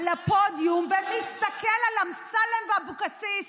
על הפודיום, מסתכל על אמסלם ואבקסיס